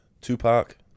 Tupac